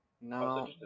No